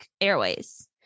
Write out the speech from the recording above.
Airways